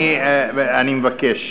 אני מבקש